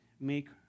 make